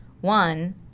One